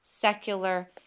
secular